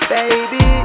Baby